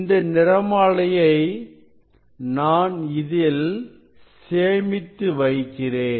இந்த நிறமாலையை நான் இதில் சேமித்து வைக்கிறேன்